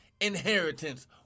inheritance